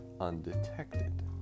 undetected